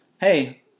Hey